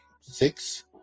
Six